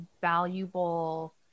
valuable